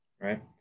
right